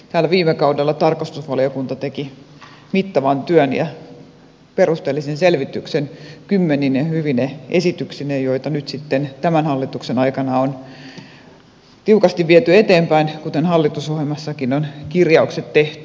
täällä viime kaudella tarkastusvaliokunta teki mittavan työn ja perusteellisen selvityksen kymmenine hyvine esityksineen joita nyt sitten tämän hallituksen aikana on tiukasti viety eteenpäin kuten hallitusohjelmassakin on kirjaukset tehty